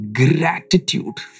gratitude